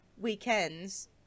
weekends